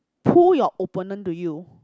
pull your opponent to you